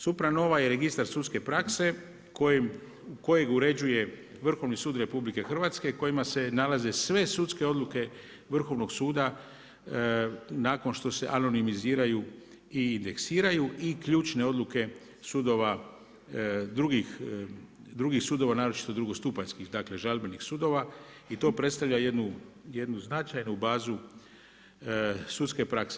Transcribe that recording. SupraNova je registar sudske prakse kojeg uređuje Vrhovni sud RH u kojemu se nalaze sve sudske odluke Vrhovnog suda nakon što se anonimiziraju i indeksiraju i ključne odluke sudova, drugih sudova naročito drugostupanjskih, dakle žalbenih sudova i to predstavlja jednu značajnu bazu sudske prakse.